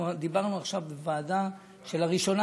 אנחנו דיברנו עכשיו בוועדה שלראשונה,